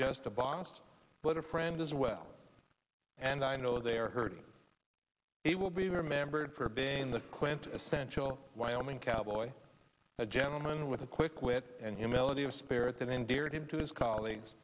just a boss but a friend as well and i know they are heard it will be remembered for being the quintessential wyoming cowboy a gentleman with a quick wit and humility of spirit that endeared him to his colleagues